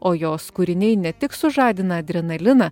o jos kūriniai ne tik sužadina adrenaliną